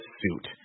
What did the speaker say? suit